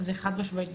זה חד משמעית.